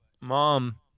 mom